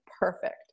perfect